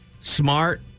smart